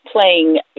playing